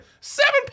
Seven